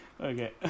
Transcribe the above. Okay